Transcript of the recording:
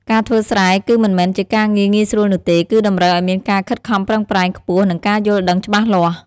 ការធ្វើស្រែគឺមិនមែនជាការងារងាយស្រួលនោះទេ គឺតម្រូវឱ្យមានការខិតខំប្រឹងប្រែងខ្ពស់និងការយល់ដឹងច្បាស់លាស់។